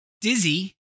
Dizzy